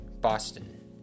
Boston